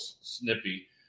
snippy